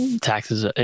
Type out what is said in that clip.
taxes